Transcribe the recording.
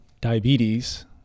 diabetes